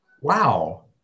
Wow